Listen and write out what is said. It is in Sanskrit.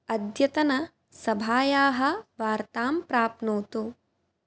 अद्यतनसभायाः वार्तां प्राप्नोतु